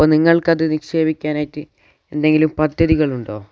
അപ്പം നിങ്ങൾക്ക് അത് നിക്ഷേപിക്കാനായിട്ട് എന്തെങ്കിലും പദ്ധതികൾ ഉണ്ടോ